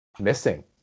Missing